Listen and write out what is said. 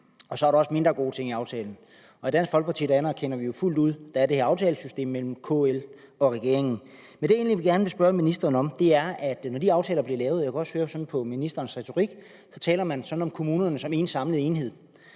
og så er der også mindre gode ting i aftalen. I Dansk Folkeparti anerkender vi fuldt ud, at der er det her aftalesystem mellem KL og regeringen. Jeg vil egentlig gerne spørge ministeren om noget, for når de aftaler bliver lavet – jeg kunne også høre det sådan på ministerens retorik – taler man om kommunerne som en samlet enhed.